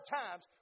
times